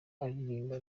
aririmba